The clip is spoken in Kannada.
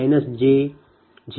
u